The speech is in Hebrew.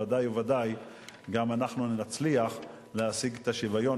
ודאי וודאי שגם אנחנו נצליח להשיג את השוויון,